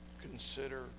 consider